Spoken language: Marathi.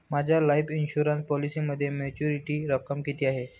माझ्या लाईफ इन्शुरन्स पॉलिसीमध्ये मॅच्युरिटी रक्कम किती आहे?